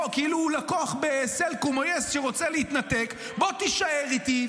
כאילו לקוח בסלקום או יס שרוצה להתנתק: בוא תישאר איתי,